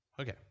Okay